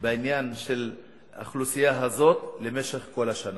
בעניין של האוכלוסייה הזאת במשך כל השנה.